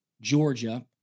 Georgia